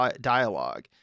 dialogue